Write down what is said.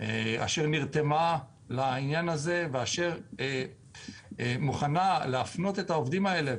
אשר נרתמה לעניין הזה ומוכנה להפנות את העובדים האלה